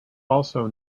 also